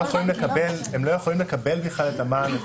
הם לא יכולים לקבל את המען,